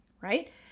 Right